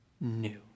new